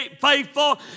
faithful